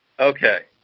Okay